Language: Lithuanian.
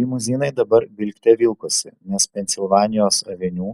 limuzinai dabar vilkte vilkosi nes pensilvanijos aveniu